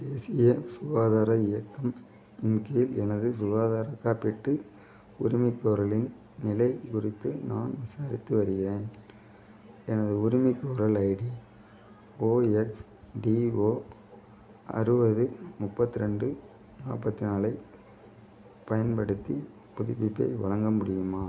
தேசிய சுகாதார இயக்கம் இன் கீழ் எனது சுகாதார காப்பீட்டு உரிமைகோரலின் நிலை குறித்து நான் விசாரித்து வருகிறேன் எனது உரிமைகோரல் ஐடி ஓஎக்ஸ்டிஓ அறுபது முப்பத்தி ரெண்டு நாற்பத்தி நாலைப் பயன்படுத்தி புதுப்பிப்பை வழங்க முடியுமா